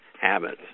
habits